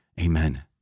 Amen